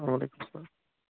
وَعلیکُم سَلام